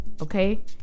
Okay